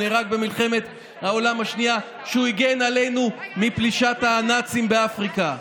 הוא נהרג במלחמת העולם השנייה כשהוא הגן עלינו מפלישת הנאצים באפריקה.